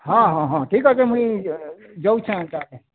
ହଁ ହଁ ହଁ ଠିକ୍ ଅଛି ମୁଇଁ ଯାଉଛେଁ ତାହାଲେ